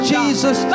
Jesus